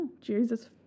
Jesus